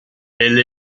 elle